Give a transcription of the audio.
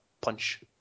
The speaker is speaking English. punch